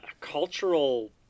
cultural